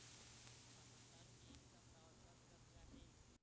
टमाटर के एक सप्ता औसत कतका हे?